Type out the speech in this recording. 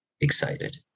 excited